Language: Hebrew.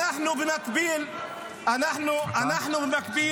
הוא מדבר על חוות בודדים.